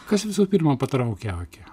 kas visų pirma patraukė akį